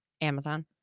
amazon